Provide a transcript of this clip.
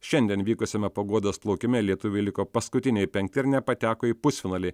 šiandien vykusiame paguodos plaukime lietuviai liko paskutiniai penkti ir nepateko į pusfinalį